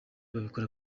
babikora